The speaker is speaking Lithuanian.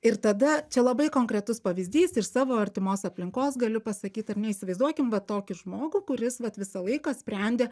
ir tada čia labai konkretus pavyzdys iš savo artimos aplinkos galiu pasakyt ar ne įsivaizduokim va tokį žmogų kuris vat visą laiką sprendė